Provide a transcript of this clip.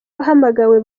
wahamagawe